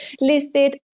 listed